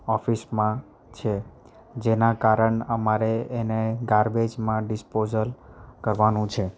ઓફિસમાં છે જેના કારણ અમારે એને ગાર્બેજમાં ડિસ્પોજલ કરવાનું છે